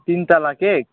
तिन तोला केक